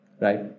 right